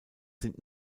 sind